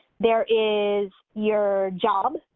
there is your job.